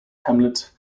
hamlet